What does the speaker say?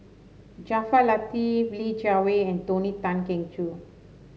Jaafar Latiff Li Jiawei and Tony Tan Keng Joo